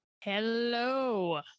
Hello